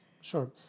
Sure